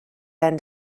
been